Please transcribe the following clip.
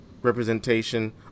representation